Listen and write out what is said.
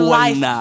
life